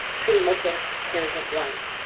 treating multiple hairs at once.